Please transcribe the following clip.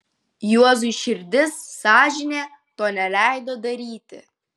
juozui širdis sąžinė to neleido daryti